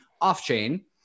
off-chain